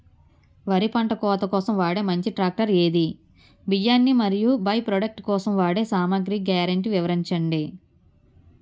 వరి పంట కోత కోసం వాడే మంచి ట్రాక్టర్ ఏది? బియ్యాన్ని మరియు బై ప్రొడక్ట్ కోసం వాడే సామాగ్రి గ్యారంటీ వివరించండి?